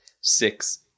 Six